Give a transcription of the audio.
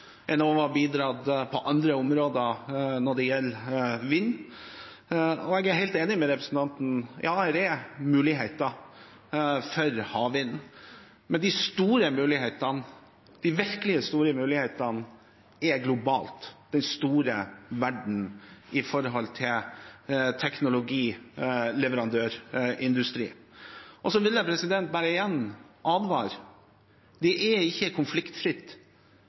har bidratt på andre områder når det gjelder vind. Jeg er helt enig med representanten i at det er muligheter for havvind, men de virkelig store mulighetene er globalt – i den store verden – når det gjelder teknologileverandørindustri. Jeg vil igjen bare advare: Det er ikke konfliktfritt